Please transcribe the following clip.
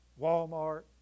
Walmart